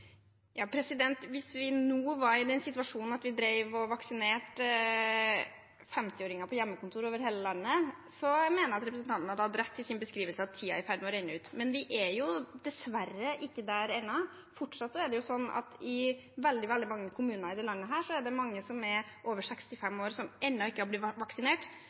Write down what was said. Hvis vi nå var i den situasjonen at vi drev og vaksinerte 50-åringer på hjemmekontor over hele landet, mener jeg at representanten hadde hatt rett i sin beskrivelse av at tiden er i ferd med å renne ut. Men vi er jo dessverre ikke der ennå. Fortsatt er det sånn at i veldig mange kommuner i landet er det mange som er over 65 år som ennå ikke er blitt vaksinert.